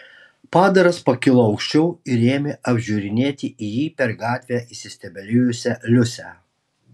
padaras pakilo aukščiau ir ėmė apžiūrinėti į jį per gatvę įsistebeilijusią liusę